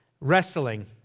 wrestling